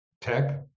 tech